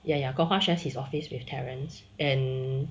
ya ya kok hua shares his office with terrace and